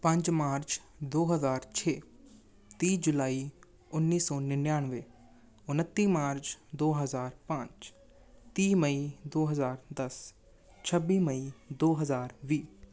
ਪੰਜ ਮਾਰਚ ਦੋ ਹਜ਼ਾਰ ਛੇ ਤੀਹ ਜੁਲਾਈ ਉੱਨੀ ਸੌ ਨਿਨਆਨਵੇਂ ਉਨੱਤੀ ਮਾਰਚ ਦੋ ਹਜ਼ਾਰ ਪਾਂਚ ਤੀਹ ਮਈ ਦੋ ਹਜ਼ਾਰ ਦਸ ਛੱਬੀ ਮਈ ਦੋ ਹਜ਼ਾਰ ਵੀਹ